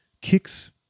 kicks